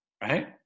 right